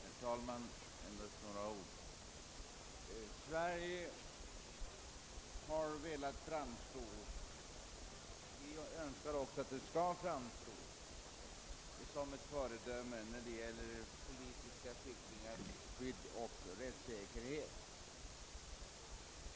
Herr talman! Sverige har velat framstå som ett föredöme när det gäller politiska flyktingars skydd och rättssäkerhet.